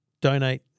donate